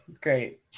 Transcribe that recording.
great